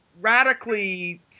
radically